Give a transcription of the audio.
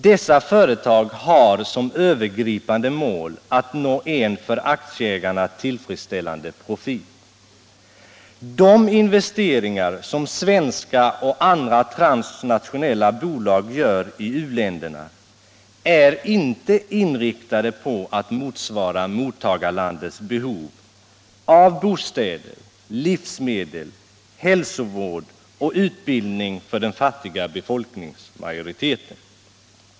Dessa företag har som övergripande mål att nå en för aktieägarna tillfredsställande profit. De investeringar som svenska och andra transnationella bolag gör i u-länderna är inte inriktade på att motsvara ”mottagarlandets” behov av bostäder, livsmedel, hälsovård och utbildning för den fattiga befolkningsmajoriteten.